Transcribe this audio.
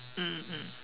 mm mm